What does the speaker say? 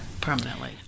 permanently